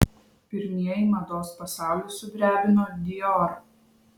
pirmieji mados pasaulį sudrebino dior